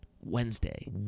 Wednesday